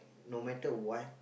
no matter what